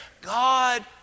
God